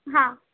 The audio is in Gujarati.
હા